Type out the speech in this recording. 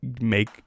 make